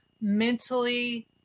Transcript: mentally